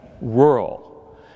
rural